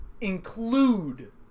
include